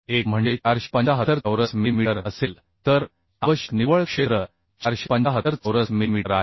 1 म्हणजे 475 चौरस मिलीमीटर असेल तर आवश्यक निव्वळ क्षेत्र 475 चौरस मिलीमीटर आहे